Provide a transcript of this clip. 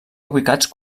ubicats